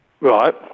Right